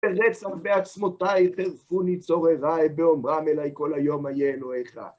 ברצח בעצמותי חרפוני צוררי, באומרם אלי כל היום איה אלוהיך.